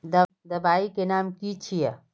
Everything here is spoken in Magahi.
दबाई के नाम की छिए?